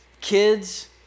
kids